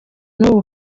nubu